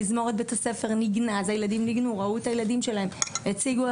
תזמורת בית הספר ניגנה אז ההורים ראו את הילדים שלהם מנגנים,